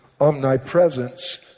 omnipresence